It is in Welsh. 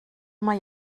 mae